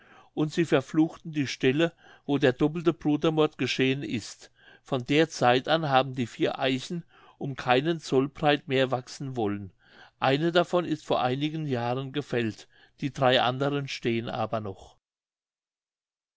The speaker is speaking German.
und sie verfluchten die stelle wo der doppelte brudermord geschehen ist von der zeit an haben die vier eichen um keinen zoll breit mehr wachsen wollen eine davon ist vor einigen jahren gefällt die drei anderen stehen aber noch